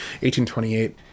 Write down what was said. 1828